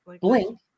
blink